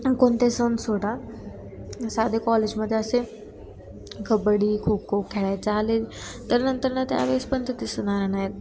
आणि कोणते सण सोडा साधे कॉलेजमध्ये असे कबड्डी खो खो खेळायचं आले तर नंतर ना त्यावेळेस पण ते दिसणार नाहीत